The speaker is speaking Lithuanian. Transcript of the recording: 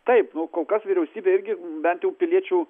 taip nu kol kas vyriausybė irgi bent jau piliečių